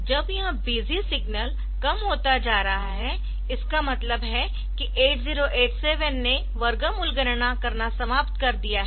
जब यह busy signal कम होता जा रहा है इसका मतलब है कि 8087 ने वर्गमूल गणना करना समाप्त कर दिया है